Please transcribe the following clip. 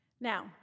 Now